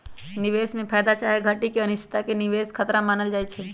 निवेश में फयदा चाहे घटि के अनिश्चितता के निवेश खतरा मानल जाइ छइ